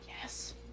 Yes